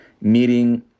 meeting